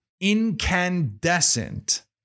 incandescent